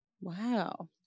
Wow